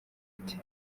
ati